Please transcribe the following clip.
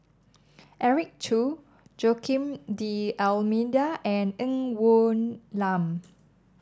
Eric Khoo Joaquim D'Almeida and Ng Woon Lam